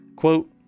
Quote